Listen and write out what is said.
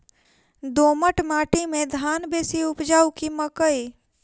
दोमट माटि मे धान बेसी उपजाउ की मकई?